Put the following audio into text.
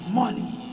money